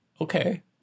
Okay